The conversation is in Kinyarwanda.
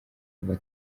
kuva